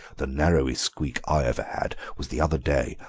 the narrowest squeak i ever had was the other day,